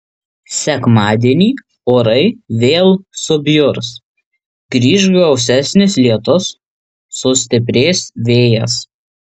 sekmadienį orai vėl subjurs grįš gausesnis lietus sustiprės vėjas